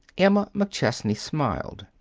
emma mcchesney smiled.